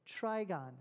trigon